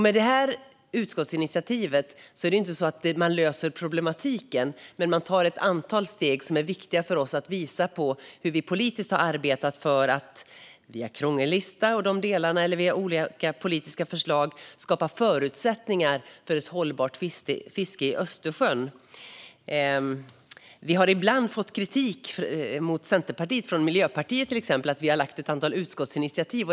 Med detta utskottsinitiativ löser vi inte problematiken, men vi tar ett antal steg som är viktiga för oss. Det handlar om att visa hur vi politiskt har arbetat för att via krångellista och de delarna eller via olika politiska förslag skapa förutsättningar för ett hållbart fiske i Östersjön. Vi i Centerpartiet har ibland fått kritik från till exempel Miljöpartiet för att vi har lagt fram ett antal utskottsinitiativ.